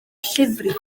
llefrith